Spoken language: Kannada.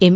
ಎಂ